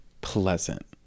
pleasant